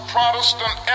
Protestant